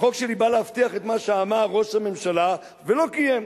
החוק שלי בא להבטיח את מה שאמר ראש הממשלה ולא קיים.